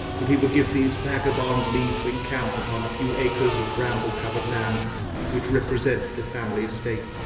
and he would give these vagabonds leave to encamp upon the few acres of bramble-covered land which represent the family estate,